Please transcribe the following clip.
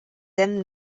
hem